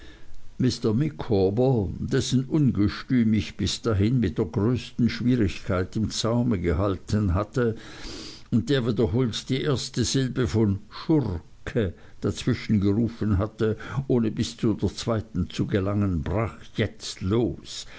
micawber dessen ungestüm ich bis dahin mit der größten schwierigkeit im zaume gehalten hatte und der wiederholt die erste silbe von schur ke dazwischen gerufen hatte ohne bis zur zweiten zu gelangen brach jetzt los